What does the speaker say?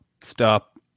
stop